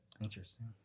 Interesting